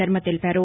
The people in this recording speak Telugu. శర్మ తెలిపారు